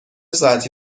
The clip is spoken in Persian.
ساعتی